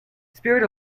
spirit